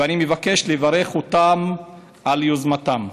ואני מבקש לברך אותם על יוזמתם,